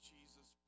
Jesus